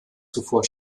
zuvor